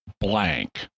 blank